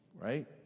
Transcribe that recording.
right